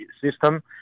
system